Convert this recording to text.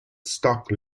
stock